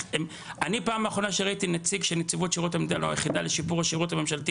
פעם אחרונה שראיתי נציג של נציבות שירות המדינה